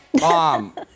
Mom